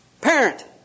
Parent